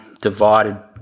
divided